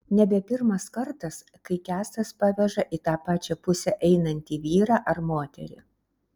nebe pirmas kartas kai kęstas paveža į tą pačią pusę einantį vyrą ar moterį